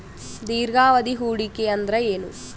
ದೀರ್ಘಾವಧಿ ಹೂಡಿಕೆ ಅಂದ್ರ ಏನು?